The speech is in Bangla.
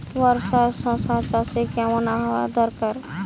বর্ষার শশা চাষে কেমন আবহাওয়া দরকার?